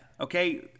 Okay